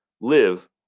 Live